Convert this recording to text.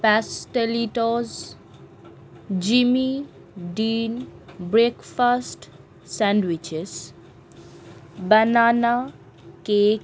pastelitos Jimmy Dean breakfast sandwiches banana cake